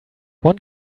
one